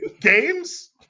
games